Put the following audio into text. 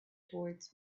towards